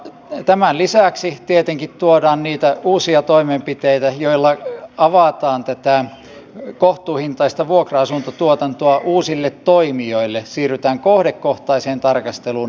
tämän lisäksi tietenkin tuodaan niitä uusia toimenpiteitä joilla avataan tätä kohtuuhintaista vuokra asuntotuotantoa uusille toimijoille siirrytään kohdekohtaiseen tarkasteluun toimijakohtaisen tarkastelun sijaan